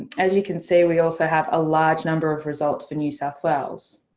as you can see we also have a large number of results for new south wales.